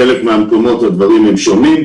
בחלק מהמקומות הדברים שונים,